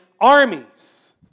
Armies